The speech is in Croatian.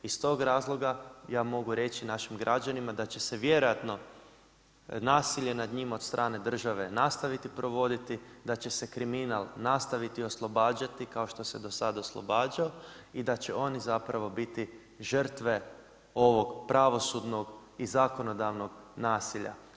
Iz tog razloga ja mogu reći našim građanima da će se vjerojatno nasilje nad njima od strane države nastaviti provoditi da će se kriminal nastaviti oslobađati kao što se i do sada oslobađao i da će oni zapravo biti žrtve ovog pravosudnog i zakonodavnog nasilja.